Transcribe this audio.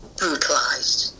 brutalized